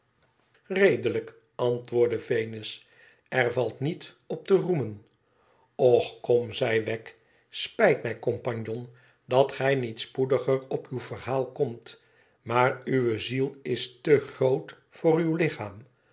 redelijk antwoordde venus t er valt niet op te roemen och kom zei wegg spijt mij compagnon dat gij niet spoediger op uw verhaal komt maar uwe ziel is te groot voor uw lichaam